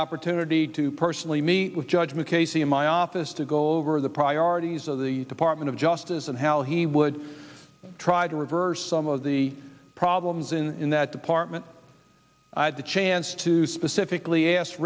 opportunity to personally meet with judge mckay see in my office to go over the priorities of the department of justice and how he would try to reverse some of the problems in that department i had the chance to specifically asked